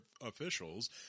officials